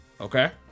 Okay